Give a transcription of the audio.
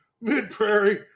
mid-Prairie